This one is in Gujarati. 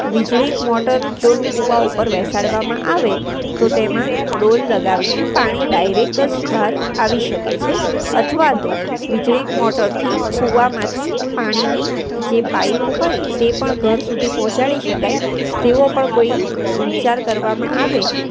વીજળીક મોટર જો કૂવા ઉપર બેસાડવામાં આવે તો તેમાં ડોલ લગાવીને પાણી ડાયરેક જ બહાર આવી શકે છે અથવા તો વીજળીક મોટરથી કૂવામાંથી પાણીની જે પાઇપ હોય તે પણ ઘર સુધી પહોંચાડી શકાય તેવો પણ કોઈ વિચાર કરવામાં આવે